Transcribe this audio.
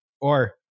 or-